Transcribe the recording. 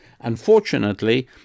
Unfortunately